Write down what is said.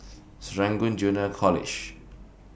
Serangoon Junior College